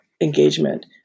engagement